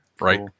Right